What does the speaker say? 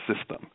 system